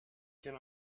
can